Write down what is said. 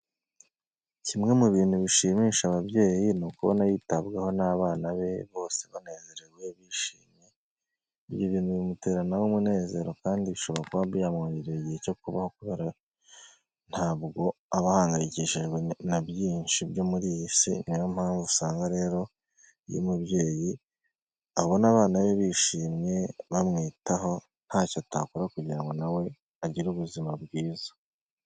Kimwe mu bintu bishimisha ababyeyi, ni ukubona yitabwaho n'abana be, bose banezerewe bishimye, ibyo bintu bimutera nawe umunezero kandi bishora kuba byamwongereye igihe cyo kubaho, kubera ntabwo aba ahangayikishijwe na byinshi byo muri iy'Isi, niyo mpamvu usanga rero iyo umubyeyi abona abana be bishimye bamwitaho ntacyo atakora kugira ngo nawe agire ubuzima bwiza.